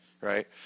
right